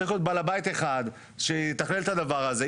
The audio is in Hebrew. צריך להיות בעל הבית אחד שיתכלל את הדבר הזה.